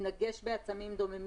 מתנגש בעצמים דוממים,